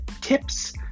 tips